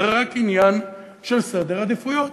זה רק עניין של סדר עדיפויות.